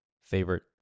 favorite